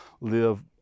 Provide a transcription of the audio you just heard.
live